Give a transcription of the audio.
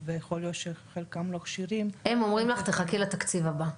ויכול להיות שחלקם לא כשירים --- הם אומרים לך חכי לתקציב הבא,